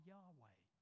Yahweh